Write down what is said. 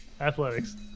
Athletics